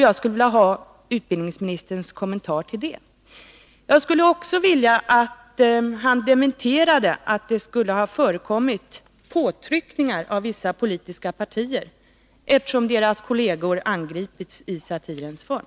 Jag skulle vilja ha utbildningsministerns kommentar till detta. Jag skulle också vilja att han dementerade att det skulle ha förekommit påtryckningar från vissa politiska partier, eftersom deras kolleger angripits i satirens form.